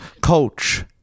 coach